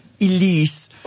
Elise